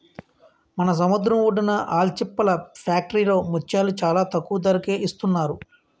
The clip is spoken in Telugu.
మన సముద్రం ఒడ్డున ఆల్చిప్పల ఫ్యాక్టరీలో ముత్యాలు చాలా తక్కువ ధరకే ఇస్తున్నారు